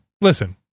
listen